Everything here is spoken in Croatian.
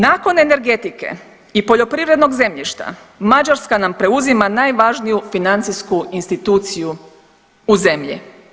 Nakon energetike i poljoprivrednog zemljišta Mađarska nam preuzima najvažniju financijsku instituciju u zemlji.